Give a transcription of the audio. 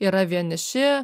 yra vieniši